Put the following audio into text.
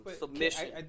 submission